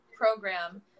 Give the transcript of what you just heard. program